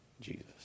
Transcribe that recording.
Jesus